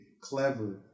clever